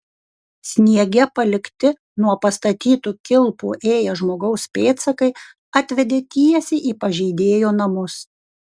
sniege palikti nuo pastatytų kilpų ėję žmogaus pėdsakai atvedė tiesiai į pažeidėjo namus